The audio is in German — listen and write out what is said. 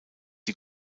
die